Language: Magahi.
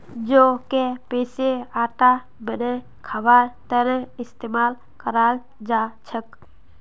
जौ क पीसे आटा बनई खबार त न इस्तमाल कराल जा छेक